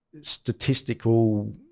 statistical